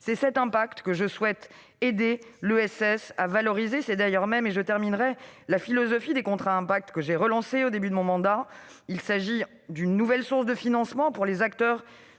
C'est cette influence que je souhaite aider l'ESS à valoriser. C'est d'ailleurs, et j'en terminerai sur ce point, la philosophie des contrats à impact que j'ai relancés au début de mon mandat. Il s'agit d'une nouvelle source de financement pour les acteurs